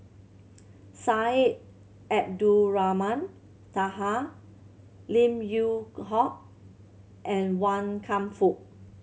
Syed Abdulrahman Taha Lim Yew Hock and Wan Kam Fook